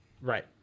Right